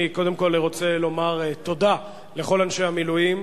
אני קודם כול רוצה לומר תודה לכל אנשי המילואים.